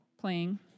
playing